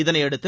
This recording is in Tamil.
இதனையடுத்து